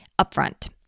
upfront